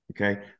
okay